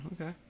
okay